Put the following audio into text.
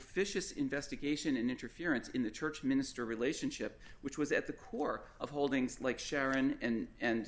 officious investigation and interference in the church minister relationship which was at the core of holdings like sharon and